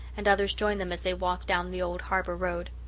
and others joined them as they walked down the old harbour road.